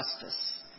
justice